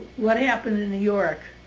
what happened in new york?